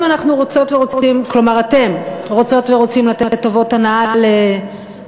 אלא אם כן אתם רוצות ורוצים לתת טובות הנאה לקבלנים.